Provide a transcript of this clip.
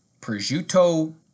prosciutto